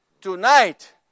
tonight